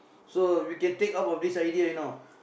so we can take up of this idea you know